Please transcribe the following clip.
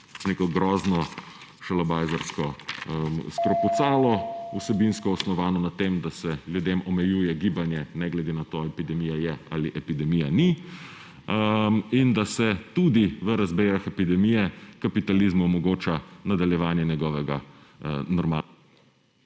neko grozno šalabajzersko skrpucalu, vsebinsko osnovano na tem, da se ljudem omejuje gibanje ne glede na to, ali epidemija je ali epidemije ni, in da se tudi v razmerah epidemije kapitalizmu omogoča nadaljevanje njegovega normalnega